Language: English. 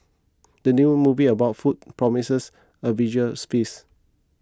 the new movie about food promises a visual feast